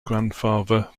grandfather